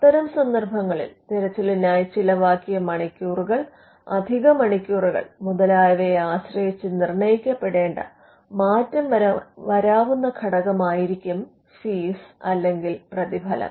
അത്തരം സന്ദർഭങ്ങളിൽ തിരച്ചിലിനായി ചിലവാക്കിയ മണിക്കൂറുകൾ അധിക മണിക്കൂറുകൾ മുതലായവയെ ആശ്രയിച്ച് നിർണ്ണയിക്കപ്പെടേണ്ട മാറ്റം വരാവുന്ന ഘടകമായിരിക്കും ഫീസ് അല്ലെങ്കിൽ പ്രതിഫലം